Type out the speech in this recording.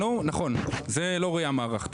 נכון זו לא ראייה מערכתית,